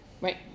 right